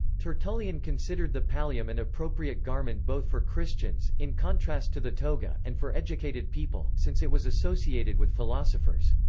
tertullian considered the pallium an and appropriate garment both for christians, in contrast to the toga, and for educated people, since it was associated with philosophers.